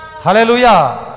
Hallelujah